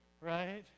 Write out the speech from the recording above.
Right